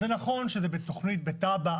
נכון שזה בתכנית בתב"ע,